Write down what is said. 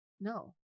No